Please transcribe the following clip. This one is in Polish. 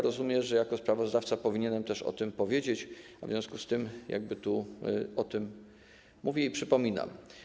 Rozumiem, że jako sprawozdawca powinienem też o ty powiedzieć, w związku z czym o tym mówię i przypominam.